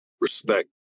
respect